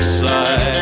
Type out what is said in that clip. side